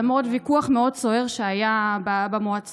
למרות ויכוח מאוד סוער שהיה במועצה,